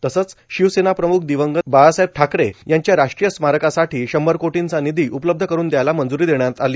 तसंच शिवसेना प्रम्ख दिवंगत बाळासाहेब ठाकरे यांच्या राष्ट्रीय स्मारकासाठी शंभर कोटींचा निधी उपलब्ध करून दयायला मंजुरी देण्यात आली